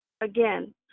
Again